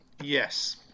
Yes